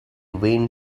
vain